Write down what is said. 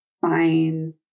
find